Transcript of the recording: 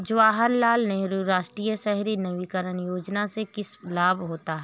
जवाहर लाल नेहरू राष्ट्रीय शहरी नवीकरण योजना से किसे लाभ होता है?